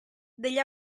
degli